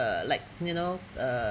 uh like you know uh